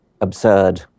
absurd